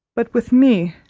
but with me,